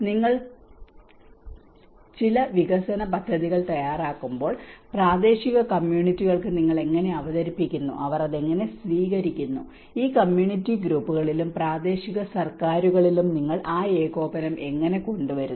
നിങ്ങൾ ചില വികസന പദ്ധതികൾ തയ്യാറാക്കുമ്പോൾ പ്രാദേശിക കമ്മ്യൂണിറ്റികൾക്ക് നിങ്ങൾ എങ്ങനെ അവതരിപ്പിക്കുന്നു അവർ അത് എങ്ങനെ സ്വീകരിക്കുന്നു ഈ കമ്മ്യൂണിറ്റി ഗ്രൂപ്പുകളിലും പ്രാദേശിക സർക്കാരുകളിലും നിങ്ങൾ ആ ഏകോപനം എങ്ങനെ കൊണ്ടുവരുന്നു